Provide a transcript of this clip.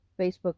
Facebook